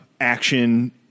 action